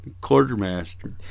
Quartermaster